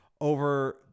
over